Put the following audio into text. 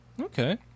Okay